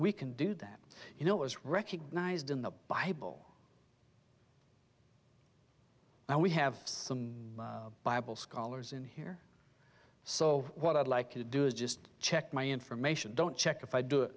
we can do that you know was recognised in the bible and we have some bible scholars in here so what i'd like to do is just check my information don't check if i do